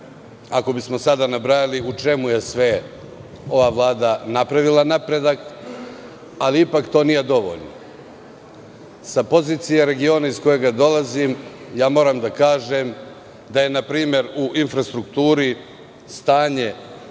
ako bismo sada nabrajali u čemu je sve ova vlada napravila napredak, ali ipak to nije dovoljno. Sa pozicije regiona iz kojeg dolazim moram da kažem da je npr. u infrastrukturi stanje